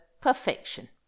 perfection